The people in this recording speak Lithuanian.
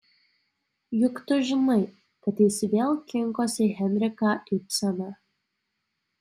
juk tu žinai kad jis vėl kinkosi henriką ibseną